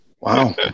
Wow